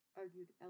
argued